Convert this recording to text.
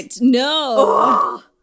No